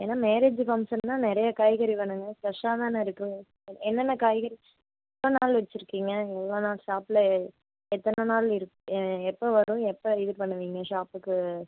ஏன்னா மேரேஜு ஃபங்க்ஷன்னா நிறையா காய்கறி வேணும்ங்க ஃப்ரெஷ்ஷாக என்னன்னா இருக்கு எ என்னென்ன காய்கறி எத்தனை நாள் வச்சிருக்கீங்க ஷாப்பில் எத்தனை நாள் இருக்கு எப்போ வரும் எப்போ ரெடி பண்ணுவீங்க ஷாப்புக்கு